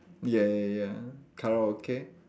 ya ya ya karaoke